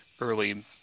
early